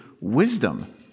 wisdom